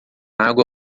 água